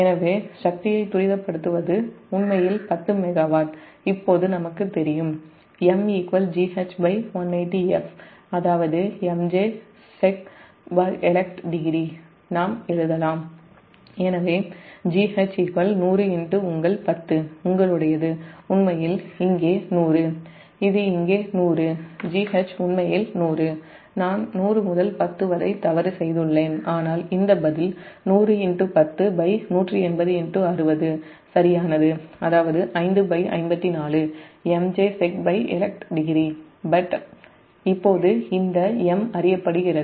எனவே சக்தியை துரிதப்படுத்துவது உண்மையில் 10 மெகாவாட் இப்போது நமக்குத் தெரியும் MGH180f அதாவது MJ Secelect degree நாம் எழுதலாம் எனவே GH 100 உங்கள் 10 உங்களுடையது உண்மையில் இங்கே GH 100 நான் 100 முதல் 10 வரை தவறு செய்துள்ளேன் ஆனால் இந்த பதில் 1001018060 சரியானது அதாவது 554 அதாவது MJ Secelect degree இப்போது இந்த M அறியப்படுகிறது